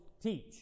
teach